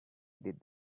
did